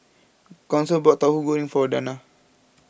Council bought Tauhu Goreng for Danna